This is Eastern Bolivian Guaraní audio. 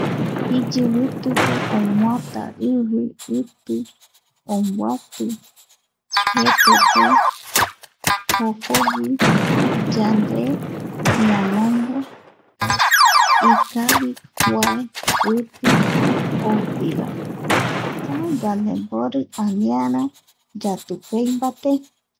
Iyivitupe omoata ivi, iti, omboati jete pe jokogui yande yamombo, ikavi kua iti oupiva. Yandembori aniara yatupeimbaté.